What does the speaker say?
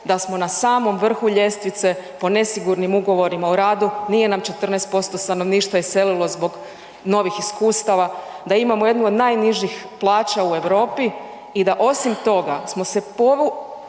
da smo na samom vrhu ljestvice po nesigurnim ugovorima o radu, nije nam 14% stanovništva iselilo zbog novih iskustava, da imamo jednu od najnižih plaća u Europi i da osim toga smo se na